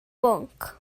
bwnc